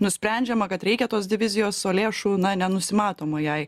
nusprendžiama kad reikia tos divizijos o lėšų na nenusimatoma jai